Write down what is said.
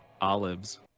olives